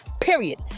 Period